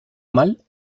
mal